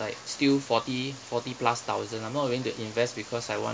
like still forty forty plus thousand I'm not going to invest because I want